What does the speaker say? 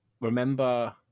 remember